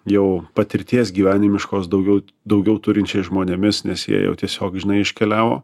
jau patirties gyvenimiškos daugiau daugiau turinčiais žmonėmis nes jie jau tiesiog žinai iškeliavo